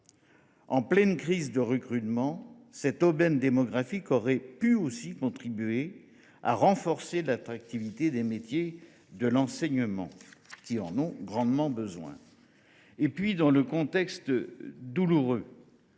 en pleine crise de recrutement, cette aubaine démographique aurait pu contribuer à renforcer l’attractivité des métiers de l’enseignement, qui en ont grandement besoin. Par ailleurs, dans le contexte douloureux